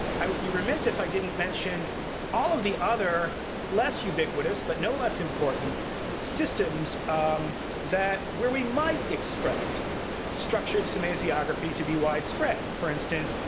i would be remiss if i didn't mention all of the other less ubiquitous but no less important systems um where we might expect structured semasiography to be widespread. for instance,